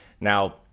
now